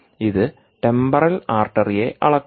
ഇത് ടെംപറൽ ആർട്ടറിയെ അളക്കുന്നു